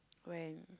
when